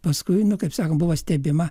paskui nu kaip sako buvo stebima